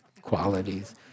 qualities